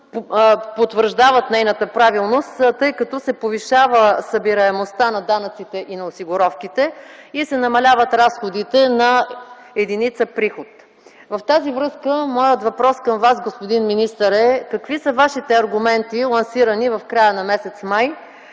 потвърждават нейната правилност, тъй като се повишава събираемостта на данъците и на осигуровките и се намаляват разходите на единица приход. В тази връзка моят въпрос към Вас, господин министър, е: какви са Вашите аргументи, лансирани в края на м. май